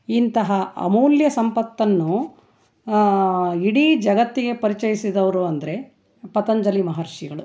ಇಂತಹ ಅಮೂಲ್ಯ ಸಂಪತ್ತನ್ನು ಇಡೀ ಜಗತ್ತಿಗೆ ಪರಿಚಯಿಸಿದವ್ರು ಅಂದರೆ ಪತಂಜಲಿ ಮಹರ್ಷಿಗಳು